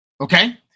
Okay